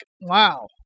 wow